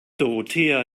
dorothea